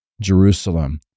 Jerusalem